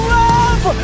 love